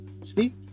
speak